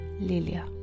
Lilia